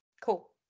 cool